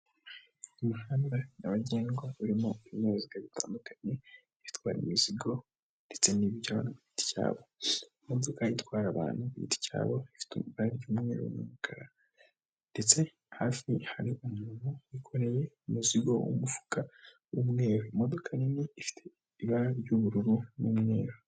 Umuhanda nyabagendwa urimo ibinyabiziga bitandukanye bitwara imizigo ndetse n'iby'abantu ku giti cyabo, imodoka itwara abantu ku giti cyabo ifite ibara ry' umweru n'umukara ndetse hafi hari umuntu wikoreye umuzigo mu mufuka w'umweru. Imodoka nini ifite ibara ry'ubururu n'umweru.